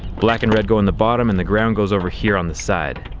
black and red go on the bottom and the ground goes over here on the side.